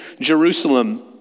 Jerusalem